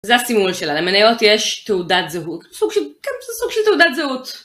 זה הסימול שלה. למניות יש תעודת זהות. כן, זה סוג של תעודת זהות.